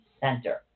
center